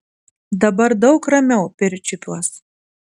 dabar daug ramiau pirčiupiuos